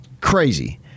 crazy